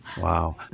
Wow